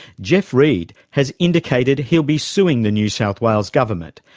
geoff reed has indicated he'll be suing the new south wales government,